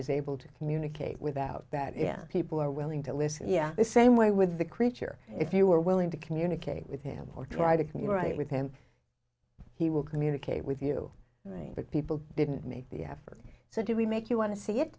is able to communicate without that if people are willing to listen the same way with the creature if you were willing to communicate with him or try to communicate with him he will communicate with you right but people didn't make the effort so do we make you want to see it